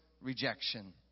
rejection